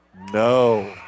No